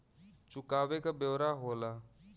चुकावे क ब्योरा होला